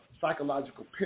psychological